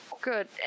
good